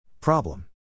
Problem